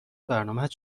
برنامهت